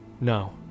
no